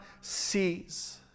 sees